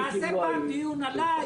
נעשה פעם דיון עליי,